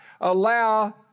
allow